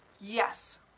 Yes